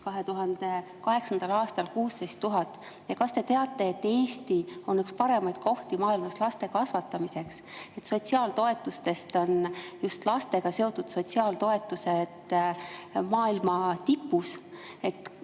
2008. aastal 16 000. Ja kas te teate, et Eesti on üks paremaid kohti maailmas laste kasvatamiseks? Sotsiaaltoetustest on just lastega seotud sotsiaaltoetused maailma tipus.